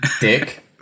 Dick